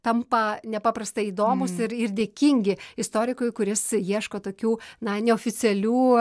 tampa nepaprastai įdomūs ir ir dėkingi istorikui kuris ieško tokių na neoficialių